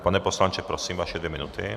Pane poslanče, prosím, vaše dvě minuty.